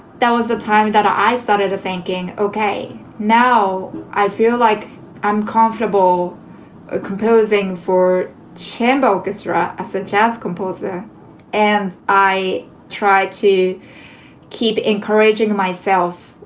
that was a time that i started thinking, ok. now i feel like i'm comfortable ah composing for chamber orchestra. as a jazz composer and i try to keep encouraging myself,